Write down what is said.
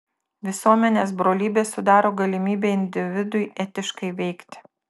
visuomenės brolybė sudaro galimybę individui etiškai veikti